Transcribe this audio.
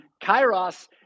kairos